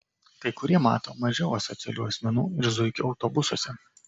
kai kurie mato mažiau asocialių asmenų ir zuikių autobusuose